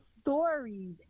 stories